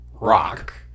Rock